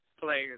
players